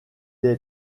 est